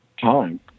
time